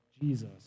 Jesus